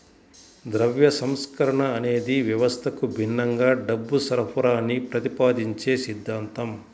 ద్రవ్య సంస్కరణ అనేది వ్యవస్థకు భిన్నంగా డబ్బు సరఫరాని ప్రతిపాదించే సిద్ధాంతం